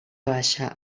baixa